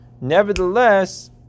nevertheless